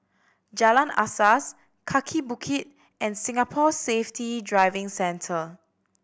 Jalan Asas Kaki Bukit and Singapore Safety Driving Centre